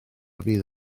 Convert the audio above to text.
fydd